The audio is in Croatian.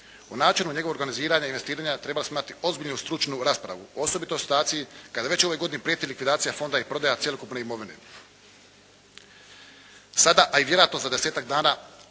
U načinu njegova organiziranja i investiranja treba …/Govornik se ne razumije./… ozbiljnu stručnu raspravu osobito u situaciji kada već u ovoj godini prijeti likvidacija Fonda i prodaja cjelokupne imovine. Sada, a i vjerojatno za desetak dana